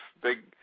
big